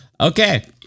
Okay